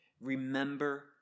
Remember